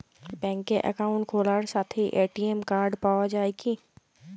ব্যাঙ্কে অ্যাকাউন্ট খোলার সাথেই এ.টি.এম কার্ড পাওয়া যায় কি?